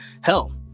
hell